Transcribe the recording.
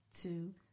two